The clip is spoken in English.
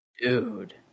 Dude